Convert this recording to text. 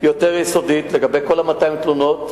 יותר יסודית, לגבי כל 200 התלונות.